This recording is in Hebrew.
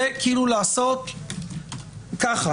זה כאילו לעשות ככה,